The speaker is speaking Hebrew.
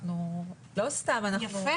יפה.